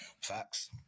facts